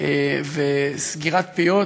תתנהג יפה,